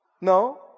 no